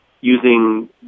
using